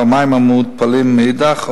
והמים המותפלים מאידך גיסא,